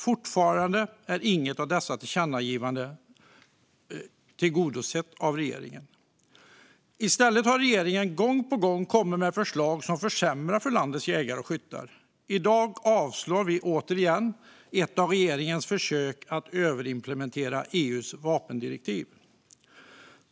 Fortfarande är inget av dessa tillkännagivanden tillgodosett av regeringen. I stället har regeringen gång på gång lagt fram förslag som försämrar för landets jägare och skyttar. I dag kommer vi återigen att avslå ett av regeringens försök att överimplementera EU:s vapendirektiv.